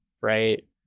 right